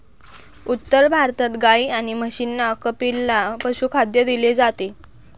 उत्तर भारतात गाई आणि म्हशींना कपिला पशुखाद्य दिले जाते